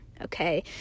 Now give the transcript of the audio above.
Okay